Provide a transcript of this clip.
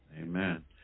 Amen